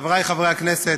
חבריי חברי הכנסת,